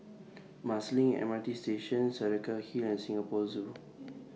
Marsiling M R T Station Saraca Hill and Singapore Zoo